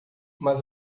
mas